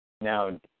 Now